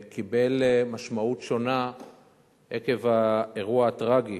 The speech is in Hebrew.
קיבל משמעות שונה עקב האירוע הטרגי